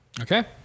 Okay